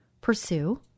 pursue